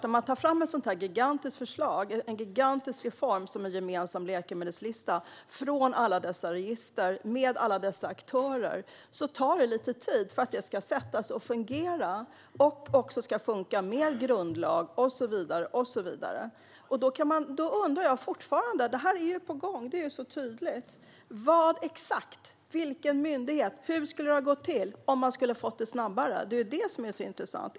En så gigantisk reform som en gemensam läkemedelslista, från alla dessa register och med alla dessa aktörer, tar tid att sätta sig och fungera med grundlag och så vidare. Vad exakt, vilken myndighet, hur skulle det ha gått till att få reformen att fungera snabbare? Det är intressant.